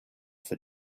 for